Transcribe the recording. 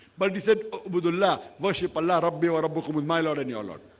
but he said with a laugh worship allah robbed me or a book with my lord and your lord.